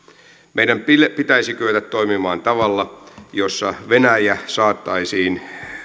meidän pitäisi kyetä toimimaan tavalla jossa venäjä saataisiin